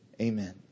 Amen